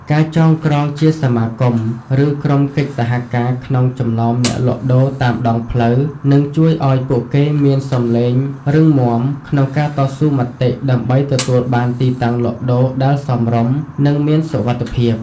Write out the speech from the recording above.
ការចងក្រងជាសមាគម ឬក្រុមកិច្ចសហការក្នុងចំណោមអ្នកលក់ដូរតាមដងផ្លូវ នឹងជួយឱ្យពួកគេមានសម្លេងរឹងមាំក្នុងការតស៊ូមតិដើម្បីទទួលបានទីតាំងលក់ដូរដែលសមរម្យ និងមានសុវត្ថិភាព។